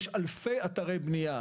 יש אלפי אתרי בנייה.